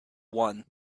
one